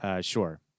sure